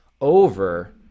over